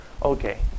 Okay